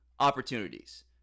opportunities